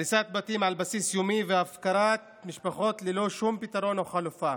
הריסת בתים על בסיס יומי והפקרת משפחות ללא שום פתרון או חלופה,